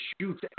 shoot